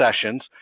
sessions